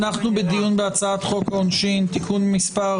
אנחנו בדיון בהצעת חוק העונשין (תיקון מס'